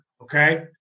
Okay